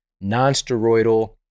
non-steroidal